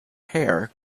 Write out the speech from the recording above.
hair